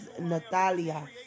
Natalia